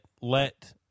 let